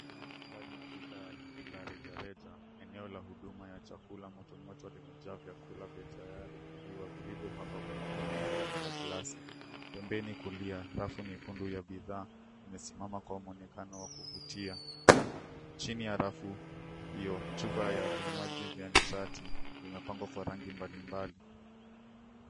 Ndani ya duka la rejareja; eneo la huduma ya chakula motomoto, limejaa vyakula tayari vilivyopangwa kwenye kaunta ya glasi. Pembeni kulia, rafu nyekundu ya bidhaa imesimama kwa muonekano wa kuvutia. Chini ya rafu hiyo chupa ya vinywaji ya nishati vimepangwa kwa rangi mbalimbali.